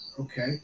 Okay